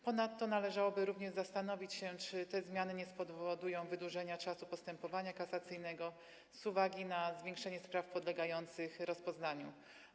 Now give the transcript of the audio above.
Ponadto należałoby również zastanowić się, czy te zmiany nie spowodują wydłużenia czasu postępowania kasacyjnego z uwagi na zwiększenie spraw podlegających rozpoznaniu.